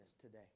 today